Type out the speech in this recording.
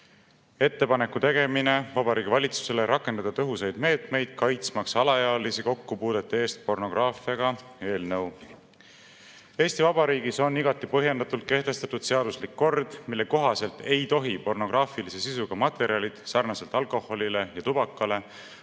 "Ettepaneku tegemine Vabariigi Valitsusele rakendada tõhusaid meetmeid kaitsmaks alaealisi kokkupuudete eest pornograafiaga" eelnõu. Eesti Vabariigis on igati põhjendatult kehtestatud seaduslik kord, mille kohaselt ei tohi pornograafilise sisuga materjalid sarnaselt alkoholile ja tubakale